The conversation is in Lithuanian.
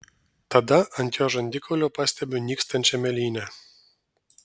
tada ant jo žandikaulio pastebiu nykstančią mėlynę